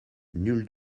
nul